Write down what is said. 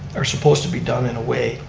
are supposed to be done in a way